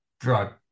drug